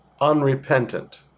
unrepentant